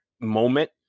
moment